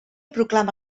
proclama